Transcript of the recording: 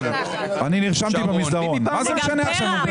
אני נרשמתי במסדרון, מה זה משנה עכשיו?